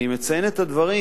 אני מציין את הדברים,